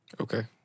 Okay